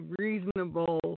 reasonable